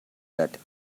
that